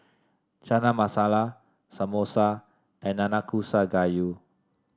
Chana Masala Samosa and Nanakusa Gayu